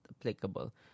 applicable